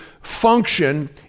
function